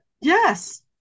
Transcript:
Yes